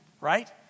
Right